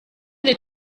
del